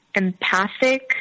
Empathic